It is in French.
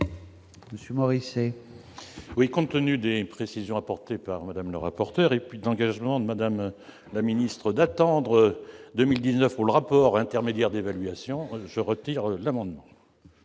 Monsieur Morisset. Oui, compte tenu des précisions apportées par Madame le rapporteur et puis d'engagement de Madame la ministre, d'attendre 2019 pour le rapport intermédiaire d'évaluation, je retire l'amendement.